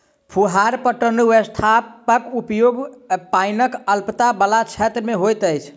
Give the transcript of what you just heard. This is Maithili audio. फुहार पटौनी व्यवस्थाक उपयोग पाइनक अल्पता बला क्षेत्र मे होइत अछि